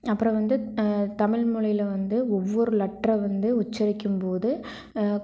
அப்புறம் வந்து தமிழ் மொழில வந்து ஒவ்வொரு லெட்டரை வந்து உச்சரிக்கும்போது